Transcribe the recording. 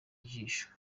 ijisho